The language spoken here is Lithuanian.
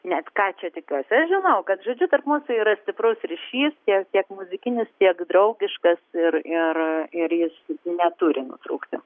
net ką čia tikiuosi aš žinau kad žodžiu tarp mūsų yra stiprus ryšys tiek tiek muzikinis tiek draugiškas ir ir ir jis neturi nutrūkti